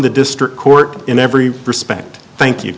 the district court in every respect thank you